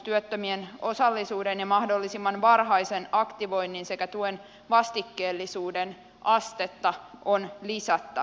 työttömien osallisuuden ja mahdollisimman varhaisen aktivoinnin sekä tuen vastikkeellisuuden astetta on lisättävä